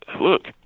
look